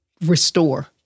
restore